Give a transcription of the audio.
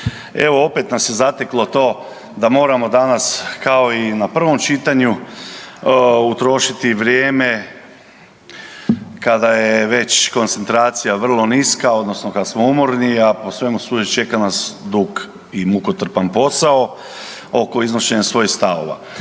Evo opet nas je zateklo to da moramo danas kao i na prvom čitanju utrošiti vrijeme kada je već koncentracija vrlo niska odnosno kad smo umorni, a po svemu sudeći čeka nas dug i mukotrpan posao oko iznošenja svojih stavova.